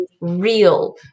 real